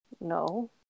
No